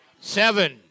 Seven